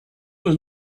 was